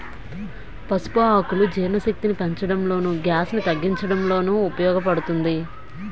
పసుపు ఆకులు జీర్ణశక్తిని పెంచడంలోను, గ్యాస్ ను తగ్గించడంలోనూ ఉపయోగ పడుతుంది